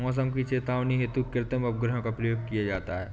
मौसम की चेतावनी हेतु कृत्रिम उपग्रहों का प्रयोग किया जाता है